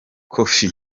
kofi